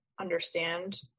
understand